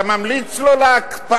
אתה ממליץ לו על הקפאה.